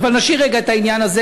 אבל נשאיר רגע את העניין הזה.